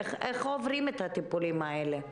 איך עוברים את הטיפולים האלה?